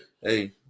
Hey